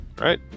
right